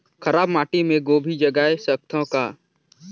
खराब माटी मे गोभी जगाय सकथव का?